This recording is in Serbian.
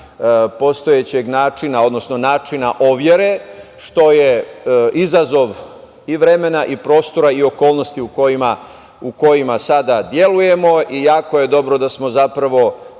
postojećeg načina, odnosno načina overe, što je izazov i vremena i prostori i okolnosti u kojima sada delujemo. Jako je dobro da smo zapravo